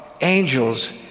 angels